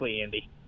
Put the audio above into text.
Andy